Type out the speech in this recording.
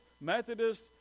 Methodist